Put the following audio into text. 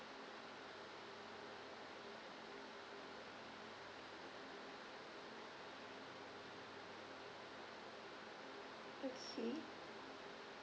okay